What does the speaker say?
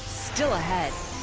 still ahead,